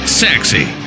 sexy